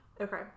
okay